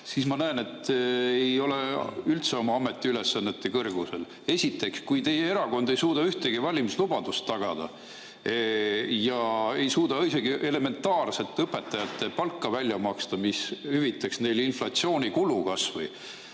vaja. Ma näen, et te ei ole üldse oma ametiülesannete kõrgusel. Teie erakond ei suuda ühtegi valimislubadust tagada ja ei suuda isegi elementaarset õpetajate palka välja maksta, mis hüvitaks neile inflatsiooni kulu.